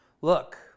Look